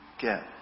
get